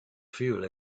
fuel